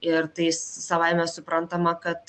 ir tai savaime suprantama kad